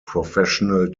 professional